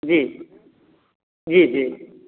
जी जी जी